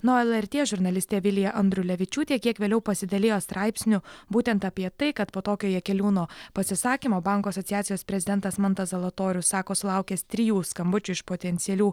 na o lrt žurnalistė vilija andrulevičiūtė kiek vėliau pasidalijo straipsniu būtent apie tai kad po tokio jakeliūno pasisakymo bankų asociacijos prezidentas mantas zalatorius sako sulaukęs trijų skambučių iš potencialių